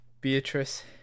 Beatrice